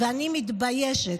ואני מתביישת.